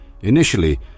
Initially